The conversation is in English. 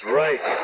right